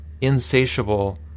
insatiable